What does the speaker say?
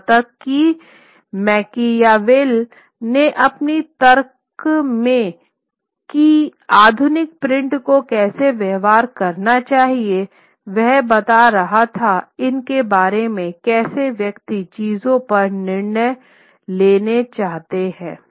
यहां तक कि मैकियावेली ने अपने तर्क में कि आधुनिक प्रिंट को कैसे व्यवहार करना चाहिए वह बात कर रहा था इन के बारे में कैसे व्यक्ति चीजों पर निर्णय लेना चाहते हैं